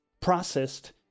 processed